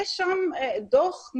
יש לנו דוח,